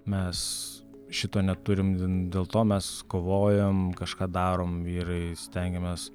mes šito neturim dėl to mes kovojam kažką darom vyrai stengiamės